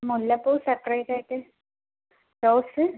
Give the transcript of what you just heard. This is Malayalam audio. മുല്ലപ്പൂ സപ്രെറ്റായിട്ട് റോസ്